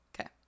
Okay